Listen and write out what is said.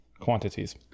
quantities